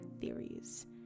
theories